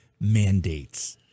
mandates